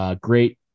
Great